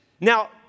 Now